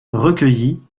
recueilli